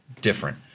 different